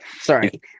sorry